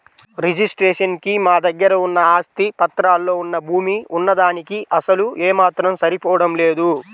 registration కి మా దగ్గర ఉన్న ఆస్తి పత్రాల్లో వున్న భూమి వున్న దానికీ అసలు ఏమాత్రం సరిపోడం లేదు